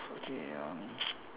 okay um